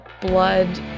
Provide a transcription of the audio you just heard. blood